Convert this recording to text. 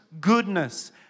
goodness